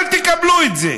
אל תקבלו את זה.